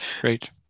great